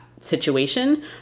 situation